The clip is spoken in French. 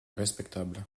respectable